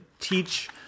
teach